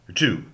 two